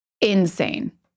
insane